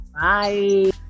bye